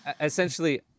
essentially